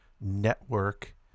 network